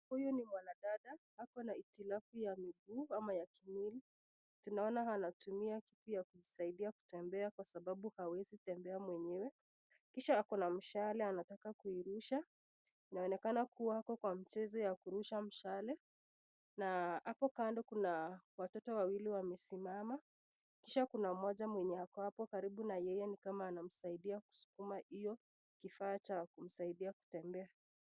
Huyu ni mwanadada ako na hitilafu ya miguu ama ya kimwili, tunaona anatumia kitu ya kujisaidia kutembea kwa sababu hawezi tembea mwenyewe kisha ako na mshale anataka kuirusha anaoneka kuwa ako kwa mchezo ya kurusha mshale na hapo kando kuna watoto wawili wamesimama kisha kuna moja mwenye ako hapo karibu na yeye ni kama anamsaidia kuzukuma hiyo kifaa cha kusaidia kutembea.